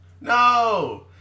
No